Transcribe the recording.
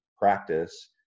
practice